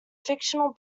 fictional